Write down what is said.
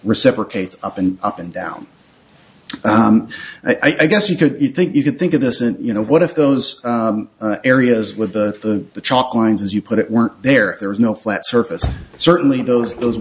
reciprocates up and up and down i guess you could think you could think of this and you know what if those areas with the chalk lines as you put it weren't there there was no flat surface certainly those those